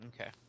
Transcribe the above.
okay